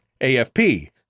AFP